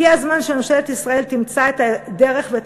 הגיע הזמן שממשלת ישראל תמצא את הדרך ואת